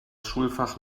schulfach